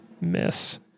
miss